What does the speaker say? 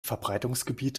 verbreitungsgebiet